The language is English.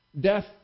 Death